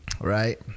right